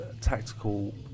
tactical